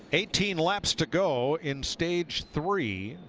eighteen laps to go in stage three.